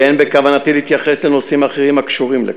ואין בכוונתי להתייחס לנושאים אחרים הקשורים בכך.